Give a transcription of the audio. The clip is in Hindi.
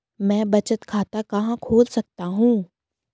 मैं बचत खाता कहां खोल सकता हूँ?